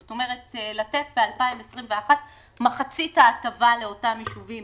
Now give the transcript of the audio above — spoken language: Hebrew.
זאת אומרת, לתת ב-2021 מחצית ההטבה לאותם יישובים